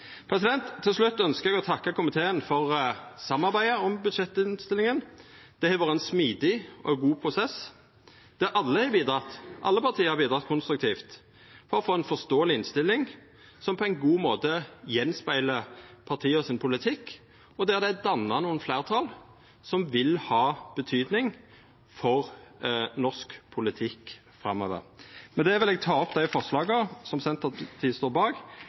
seinare. Til slutt ønskjer eg å takka komiteen for samarbeidet om budsjettinnstillinga. Det har vore ein smidig og god prosess, der alle partia har bidrege konstruktivt for å få til ei forståeleg innstilling som på ein god måte speglar att partia sin politikk, og der det er danna nokre fleirtal som vil ha betyding for norsk politikk framover. Med det vil eg ta opp dei forslaga som Senterpartiet anten åleine eller saman med andre parti står bak.